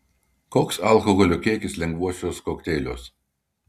koks alkoholio kiekis lengvuosiuos kokteiliuos